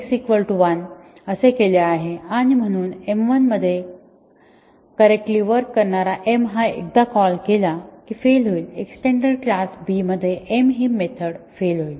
म्हणून x1 असे केले आहे आणि म्हणून m1 मध्ये करेक्ट्ली वर्क करणारा m हा एकदा कॉल केला की फेल होईल एक्स्टेंडेड क्लास B मध्ये m ही मेथड फेल होईल